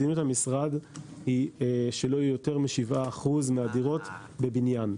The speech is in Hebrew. מדיניות המשרד היא שלא יהיו יותר מ-7% מהדירות בבניין.